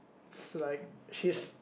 it's like she's